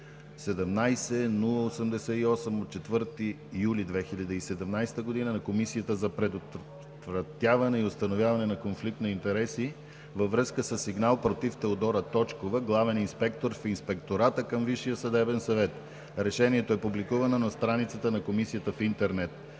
2017 г. на Комисията за предотвратяване и установяване на конфликт на интереси във връзка със сигнал против Теодора Точкова – главен инспектор в Инспектората към Висшия съдебен съвет. Решението е публикувано на страницата на Комисията в интернет.